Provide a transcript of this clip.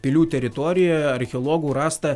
pilių teritorijoje archeologų rasta